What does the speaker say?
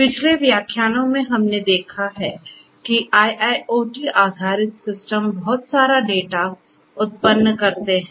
पिछले व्याख्यानों में हमने देखा है कि IIoT आधारित सिस्टम बहुत सारा डेटा उत्पन्न करते हैं